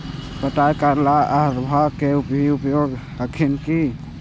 पटाय करे ला अहर्बा के भी उपयोग कर हखिन की?